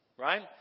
Right